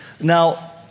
Now